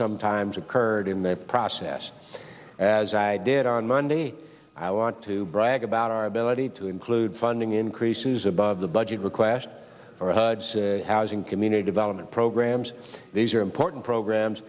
sometimes occurred in the process as i did on monday i want to brag about our ability to include funding increases above the budget request housing community development programs these are important programs